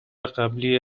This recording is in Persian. قبلی